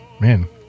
Man